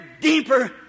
deeper